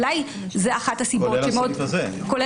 אולי זאת אחת הסיבות --- כולל הסעיף הזה.